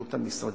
בפעילות המשרדים.